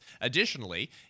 Additionally